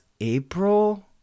April